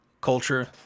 culture